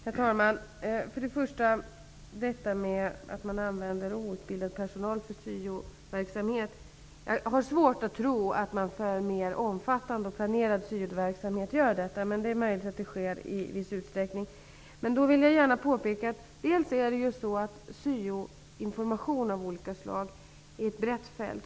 Herr talman! Eva Johansson påstår att man använder outbildad personal för syoverksamhet. Jag har svårt att tro att man för mer omfattande och planerad syoverksamhet gör detta. Det är möjligt att det sker i viss utsträckning. Då vill jag gärna påpeka att syoinformation av olika slag omfattar ett brett fält.